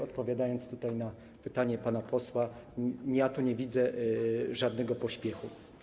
Odpowiadam tutaj na pytanie pana posła: ja tu nie widzę żadnego pośpiechu.